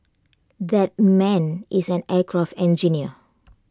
that man is an aircraft engineer